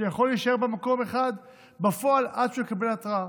שיכול להישאר במקום אחד בפועל עד שיקבל התראה.